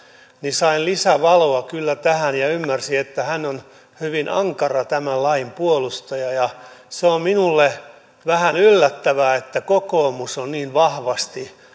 sain lisävaloa kyllä tähän ja ymmärsin että hän on hyvin ankara tämän lain puolustaja se on minulle vähän yllättävää että kokoomus on niin vahvasti